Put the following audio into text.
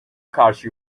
karşı